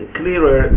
clearer